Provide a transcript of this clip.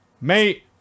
Mate